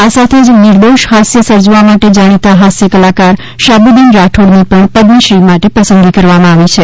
આ સાથે જ નિર્દોષ ફાસ્ય સર્જવા માટે જાણીતા હાસ્ય કલાકાર શાહબુદ્દીન રાઠોડની પણ પદ્મશ્રી માટે પસંદગી કરવામાં આવી છે